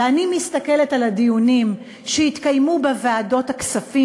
ואני מסתכלת על הדיונים שהתקיימו בוועדת הכספים